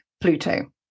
Pluto